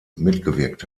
mitgewirkt